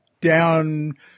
down